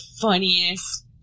funniest